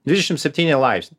dvidešim septyni laips